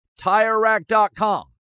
TireRack.com